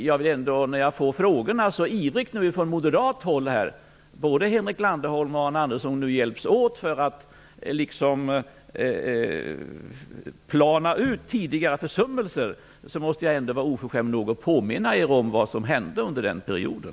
Jag måste ändå när jag blir så ivrigt utfrågad från moderat håll - Henrik Landerholm och Arne Andersson hjälps åt för att plana ut tidigare försummelser - vara oförskämd nog att påminna er om vad som hände under den perioden.